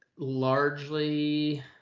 largely